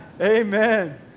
Amen